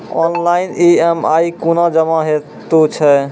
Online EMI कूना जमा हेतु छै?